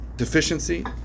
deficiency